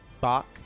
Bach